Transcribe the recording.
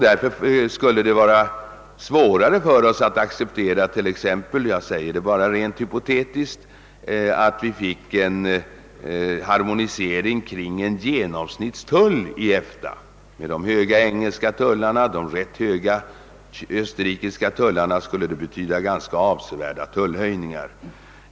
Därför skulle det vara svårare för oss att acceptera — jag säger detta bara rent hypotetiskt — en harmoniering kring en genomsnittstull i EFTA. Med de höga engelska tullarna och de ganska höga österrikiska tullarna skulle det betyda avsevärda tullhöjningar.